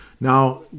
Now